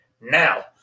Now